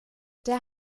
der